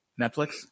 Netflix